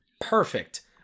Perfect